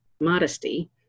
modesty